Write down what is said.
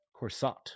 Corsat